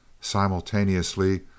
Simultaneously